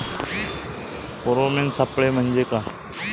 Pheromone सापळे म्हंजे काय?